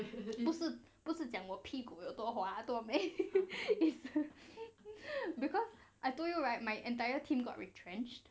不是不是讲我屁股有多滑多美 because I told you right my entire team got retrenched